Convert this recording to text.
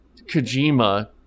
Kojima